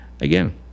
Again